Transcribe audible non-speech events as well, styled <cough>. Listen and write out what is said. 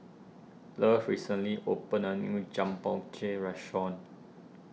Love recently opened a new <unintelligible> restaurant